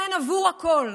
כן, עבור הכול.